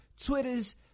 Twitters